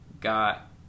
got